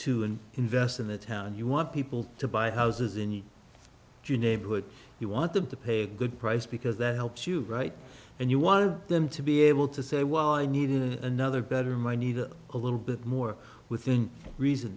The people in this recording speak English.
and invest in the town and you want people to buy houses in to neighborhood you want them to pay good price because that helps you right and you want them to be able to say well i needed another better my need a little bit more within reason